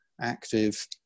active